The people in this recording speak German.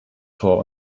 vor